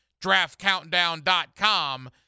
Draftcountdown.com